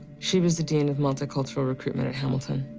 she was the dean of multicultural recruitment at hamilton.